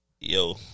Yo